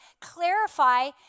clarify